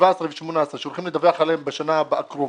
2-017 ו-2018 שהולכים לדווח עליהן בשנה הקרובה,